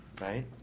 Right